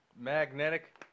Magnetic